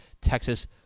Texas